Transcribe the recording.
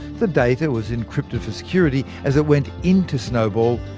the data was encrypted for security as it went into snowball,